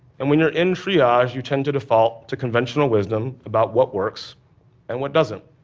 and when you're in triage, you tend to default to conventional wisdom about what works and what doesn't.